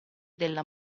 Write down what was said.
della